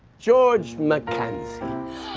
george mackenzie.